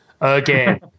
again